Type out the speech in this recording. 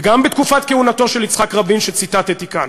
גם בתקופת כהונתו של יצחק רבין שציטטתי כאן,